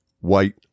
white